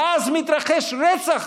ואז מתרחש רצח